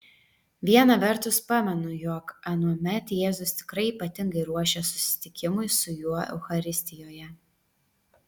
viena vertus pamenu jog anuomet jėzus tikrai ypatingai ruošė susitikimui su juo eucharistijoje